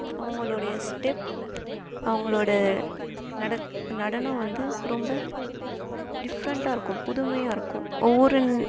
அவுங்களோடைய step அவுங்களோடய நடக் நடனம் வந்து ரொம்ப டிஃப்ரெண்டாக இருக்கும் புதுமையாக இருக்கும் ஒவ்வொரு